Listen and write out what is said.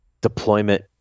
deployment